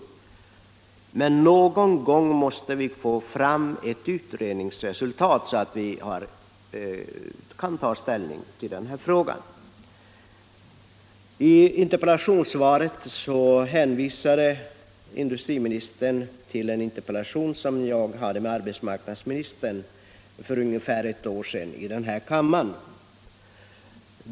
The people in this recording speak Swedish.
Men någon gång måste vi få fram ett utredningsresultat så att vi kan ta ställning till denna fråga. I interpellationssvaret hänvisade industriministern till en interpellationsdebatt som jag hade med arbetsmarknadsministern för ungefär ett år sedan i den här kammaren.